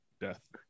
death